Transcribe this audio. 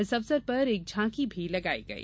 इस अवसर पर एक झांकी भी लगाई गई